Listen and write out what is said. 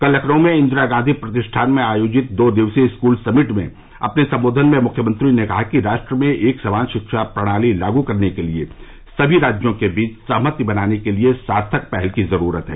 कल लखनऊ में इंदिरा गांधी प्रतिष्ठान में आयोजित दो दिवसीय स्कूल समिट में अपने सम्बोधन में मुख्यमंत्री ने कहा कि राष्ट्र में एक समान रिक्षा प्रणाली लागू करने के लिए सभी राज्यों के बीच सहमति बनाने के लिए सार्थक पहल की जरूरत है